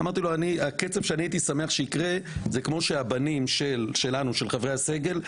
אני הייתי שמח שהקצב שיקרה יהיה מקביל לקצב של הבנים של חברי הסגל,